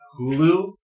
Hulu